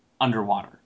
underwater